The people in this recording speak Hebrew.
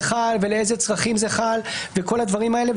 חל ולאיזה צרכים זה חל וכל הדברים האלה.